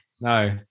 No